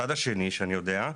הצד השני שאני יודע,